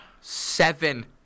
seven